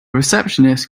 receptionist